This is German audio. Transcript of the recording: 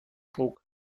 trug